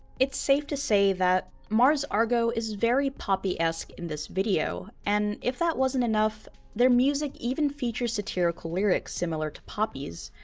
it's safe to say that mars argo is very poppy-esque in this video. and if that wasn't enough, their music even features satirical lyrics similar to poppy's,